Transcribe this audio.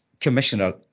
Commissioner